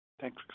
Thanks